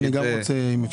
כי אני גם רוצה אם אפשר.